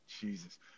Jesus